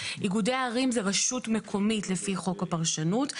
איגודי ערים זה רשות מקומית לפי חוק הפרשנות.